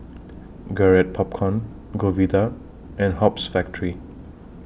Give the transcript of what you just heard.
Garrett Popcorn Godiva and Hoops Factory